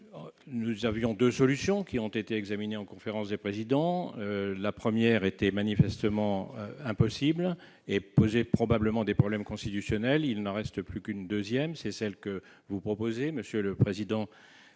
Deux solutions ont été examinées en conférence des présidents. La première était manifestement impossible et posait de probables problèmes constitutionnels. Il n'en restait qu'une : celle que vous proposez, monsieur le président